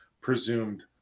presumed